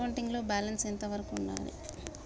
Accounting లో balance ఎంత వరకు ఉండాలి?